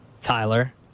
Tyler